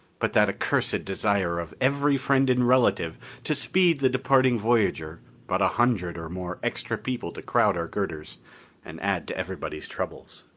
but that accursed desire of every friend and relative to speed the departing voyager brought a hundred or more extra people to crowd our girders and add to everybody's troubles.